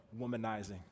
womanizing